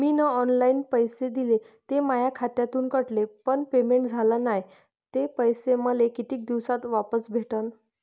मीन online पैसे दिले, ते माया खात्यातून कटले, पण पेमेंट झाल नायं, ते पैसे मले कितीक दिवसात वापस भेटन?